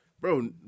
Bro